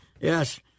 Yes